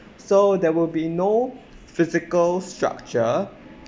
so there will be no physical structure